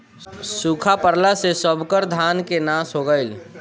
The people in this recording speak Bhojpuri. सुखा पड़ला से सबकर धान के नाश हो गईल